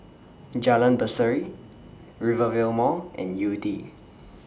Jalan Berseri Rivervale Mall and Yew Tee